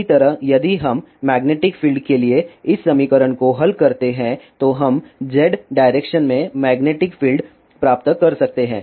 इसी तरह यदि हम मैग्नेटिक फील्ड के लिए इस समीकरण को हल करते हैं तो हम z डायरेक्शन में मैग्नेटिक फील्ड प्राप्त कर सकते हैं